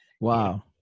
Wow